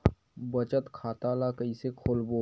बचत खता ल कइसे खोलबों?